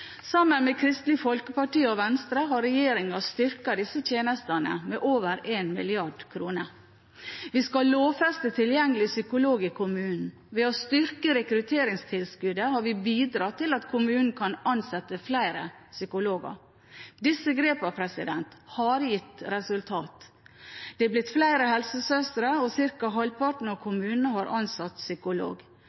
Sammen med Kristelig Folkeparti og Venstre har regjeringen styrket disse tjenestene med over 1 mrd. kr. Vi skal lovfeste tilgjengelig psykolog i kommunen. Ved å styrke rekrutteringstilskuddet har vi bidratt til at kommunene kan ansette flere psykologer. Disse grepene har gitt resultater. Det er blitt flere helsesøstre, og ca. halvparten av kommunene har ansatt psykolog.